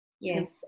Yes